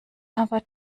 aber